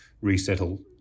resettle